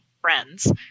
friends